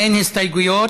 אין הסתייגויות.